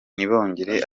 nibongere